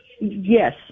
Yes